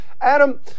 adam